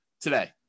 today